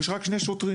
יש רק שני שוטרים,